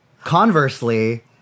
Conversely